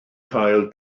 cael